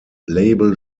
label